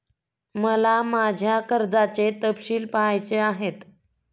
मला माझ्या कर्जाचे तपशील पहायचे आहेत